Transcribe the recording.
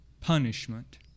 punishment